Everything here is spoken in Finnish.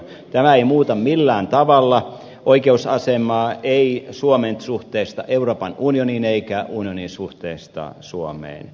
tämä ei muuta millään tavalla oikeusasemaa ei suomen suhteessa euroopan unioniin eikä unionin suhteessa suomeen